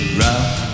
round